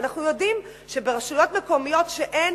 ואנחנו יודעים שברשויות המקומיות שידן